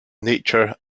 nature